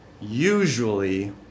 usually